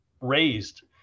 raised